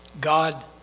God